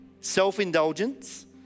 self-indulgence